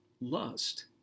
lust